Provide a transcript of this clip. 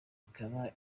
ikaba